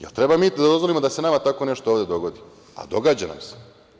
Jel treba mi da dozvolimo da se nama tako nešto ovde dogodi, a događa nam se?